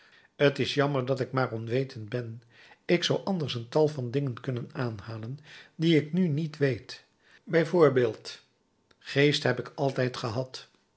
t is jammer dat ik maar onwetend ben ik zou anders een tal van dingen kunnen aanhalen die ik nu niet weet bij voorbeeld geest heb ik altijd gehad